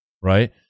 right